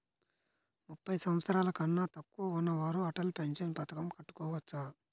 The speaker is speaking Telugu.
ముప్పై సంవత్సరాలకన్నా తక్కువ ఉన్నవారు అటల్ పెన్షన్ పథకం కట్టుకోవచ్చా?